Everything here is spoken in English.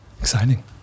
exciting